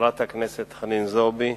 חברת הכנסת חנין זועבי,